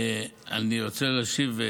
אני רוצה להשיב.